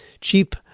cheap